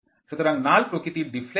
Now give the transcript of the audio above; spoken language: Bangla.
সুতরাং নাল প্রকৃতির ডিফলেক্টর